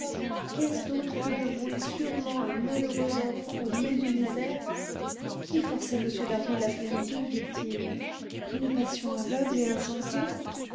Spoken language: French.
qu'est-ce donc que de vouer sûrement un malheureux enfant aux mêmes misères qui forçait m d'harville à faire deux victimes une passion aveugle et insensée